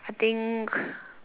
I think